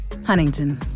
Huntington